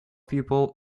people